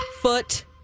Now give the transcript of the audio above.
Foot